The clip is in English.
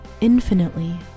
infinitely